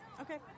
Okay